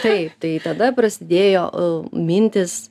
taip tai tada prasidėjo mintys